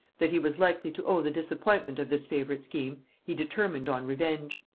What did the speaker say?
that he was likely to owe the disappointment of this favourite scheme, he determined on revenge.